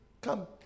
come